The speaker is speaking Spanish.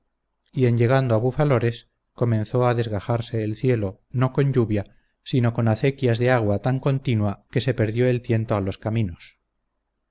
en llegando a bufalores comenzó a desgajarse el cielo no con lluvia sino con acequias de agua tan continua que se perdió el tiento a los caminos